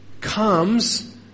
comes